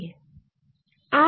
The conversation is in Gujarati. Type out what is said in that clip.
આ છે x0